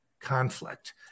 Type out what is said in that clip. conflict